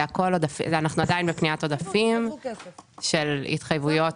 אנחנו עדיין בפניות עודפים של התחייבויות